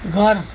ઘર